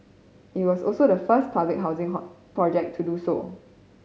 it was also the first public housing project to do so